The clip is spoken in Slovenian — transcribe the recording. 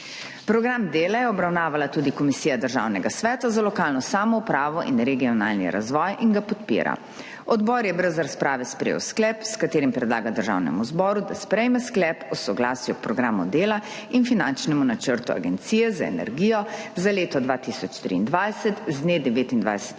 Program dela je obravnavala tudi Komisija Državnega sveta za lokalno samoupravo in regionalni razvoj in ga podpira. Odbor je brez razprave sprejel sklep, s katerim predlaga Državnemu zboru, da sprejme Sklep o soglasju k Programu dela in finančnemu načrtu Agencije za energijo za leto 2023 z dne 29.